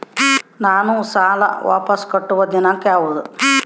ನಾನು ಸಾಲ ವಾಪಸ್ ಕಟ್ಟುವ ದಿನಾಂಕ ಯಾವುದು?